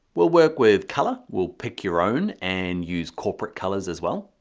we'll work with color, we'll pick your own and use corporate colors as well.